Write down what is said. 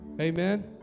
Amen